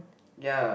ya